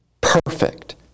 perfect